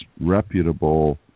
reputable